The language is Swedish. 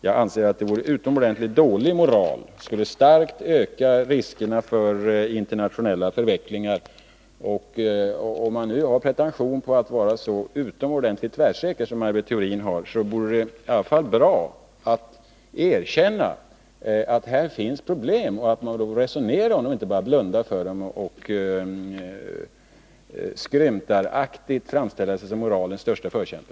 Jag anser att det vore en utomordentligt dålig moral som kraftigt skulle öka riskerna för internationella förvecklingar. Om Maj Britt Theorin har pretentionen att vara så utomordentligt tvärsäker, vore det bra om hon kunde erkänna att det här finns problem och att vi bör resonera om dem, i stället för att bara blunda för problemen. och skrymtaraktigt framställa sig som moralens störste förkämpe.